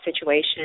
situation